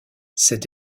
cet